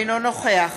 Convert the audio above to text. אינו נוכח